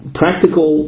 practical